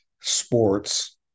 sports